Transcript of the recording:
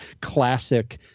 classic